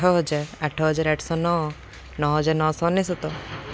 ଆଠ ହଜାର ଆଠ ହଜାର ଆଠଶହ ନଅ ନଅ ହଜାର ନଅଶହ ଅନେଶତ